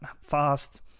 fast